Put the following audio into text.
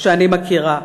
שאני מכירה.